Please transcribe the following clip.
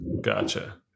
Gotcha